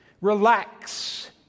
Relax